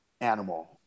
animal